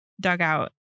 dugout